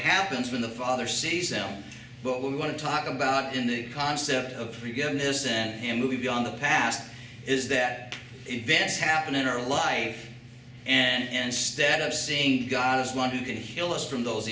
happens when the father sees him but we want to talk about in the concept of forgiveness and him moving beyond the past is that even this happened in our life and stead of seeing god as one who can heal us from those